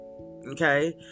okay